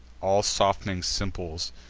all soft'ning simples,